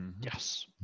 Yes